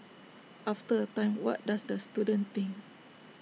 after A time what does the student think